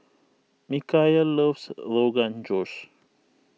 Micheal loves Rogan Josh